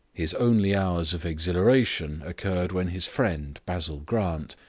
his only hours of exhilaration occurred when his friend, basil grant,